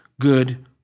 good